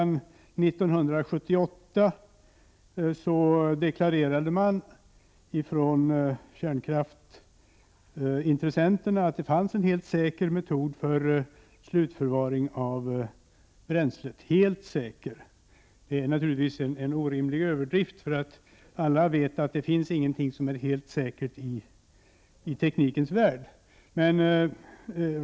År 1978 deklarerade man från kärnkraftintressenterna att det fanns en helt säker metod för slutförvaring av använt bränsle. Det är naturligtvis en orimlig överdrift, för alla vet ju att det inte finns någonting som är helt säkert i teknikens värld.